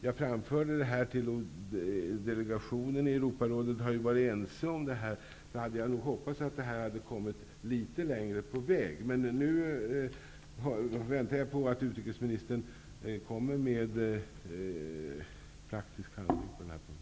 Jag framförde detta till Europarådet har varit ense. Jag hade hoppats att detta skulle ha kommit litet längre på väg. Nu väntar jag på att utrikesministern kommer med praktiska åtgärder på denna punkt.